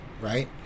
right